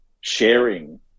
sharing